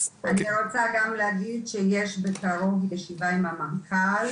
אני רוצה גם להגיד שיש בקרוב ישיבה עם המנכ"ל,